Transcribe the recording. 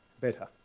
better